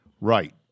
Right